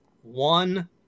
one